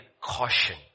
caution